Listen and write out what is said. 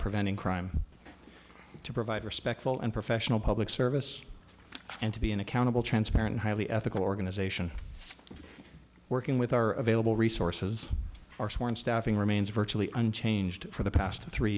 preventing crime to provide respectful and professional public service and to be an accountable transparent highly ethical organization working with our available resources our sworn staffing remains virtually unchanged for the past three